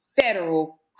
federal